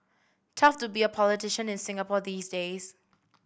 tough to be a politician in Singapore these days